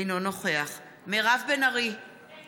אינו נוכח מירב בן ארי,